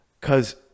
Cause